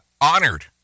honored